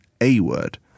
A-word